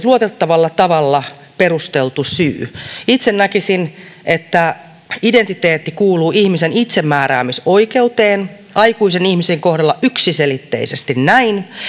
luotettavalla tavalla perusteltu syy itse näkisin että identiteetti kuuluu ihmisen itsemääräämisoikeuteen aikuisen ihmisen kohdalla yksiselitteisesti näin